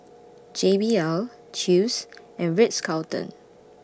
J B L Chew's and Ritz Carlton